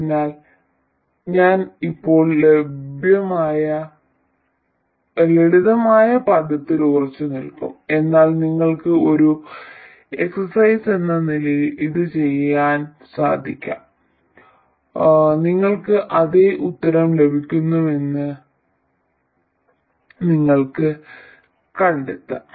അതിനാൽ ഞാൻ ഇപ്പോൾ ലളിതമായ പദപ്രയോഗത്തിൽ ഉറച്ചുനിൽക്കും എന്നാൽ നിങ്ങൾക്ക് ഒരു എക്സസൈസെന്ന നിലയിൽ ഇത് ചെയ്യാൻ ശ്രമിക്കാം നിങ്ങൾക്ക് അതേ ഉത്തരം ലഭിക്കുമെന്ന് നിങ്ങൾ കണ്ടെത്തും